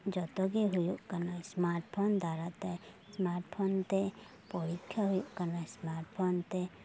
ᱡᱚᱛᱚᱜᱮ ᱦᱩᱭᱩᱜ ᱠᱟᱱᱟ ᱥᱢᱟᱴ ᱯᱷᱳᱱ ᱫᱟᱨᱟᱛᱮ ᱥᱢᱟᱴ ᱯᱷᱳᱱ ᱛᱮ ᱯᱚᱨᱤᱠᱠᱷᱟ ᱦᱩᱭᱩᱜ ᱠᱟᱱᱟ ᱥᱢᱟᱴ ᱯᱷᱳᱱᱛᱮ